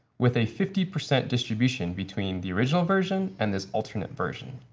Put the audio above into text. with a fifty percent distribution between the original version and this alternate version.